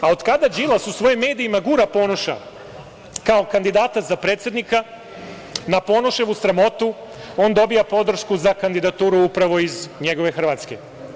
Od kada Đilas u svojim medijima gura Ponoša, kao kandidata za predsednika na Ponoševu sramotu on dobija podršku za kandidaturu upravo iz njegove Hrvatske.